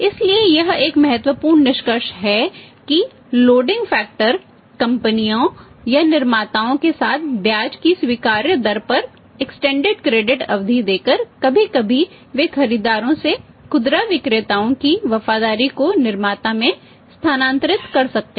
इसलिए यह एक महत्वपूर्ण निष्कर्ष है कि लोडिंग फैक्टर अवधि देकर कभी कभी वे खरीदारों से खुदरा विक्रेताओं की वफादारी को निर्माता में स्थानांतरित कर सकते हैं